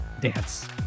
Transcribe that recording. dance